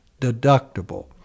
deductible